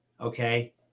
okay